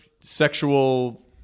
sexual